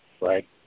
right